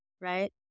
right